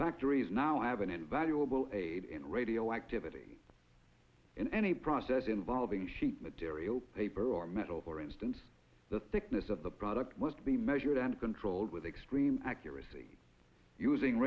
factories now have an invaluable aid in radioactivity in any process involving sheet material paper or metal for instance the thickness of the product was to be measured and controlled with extreme accuracy using